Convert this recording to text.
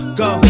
go